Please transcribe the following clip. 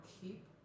keep